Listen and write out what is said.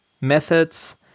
methods